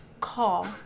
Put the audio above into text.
call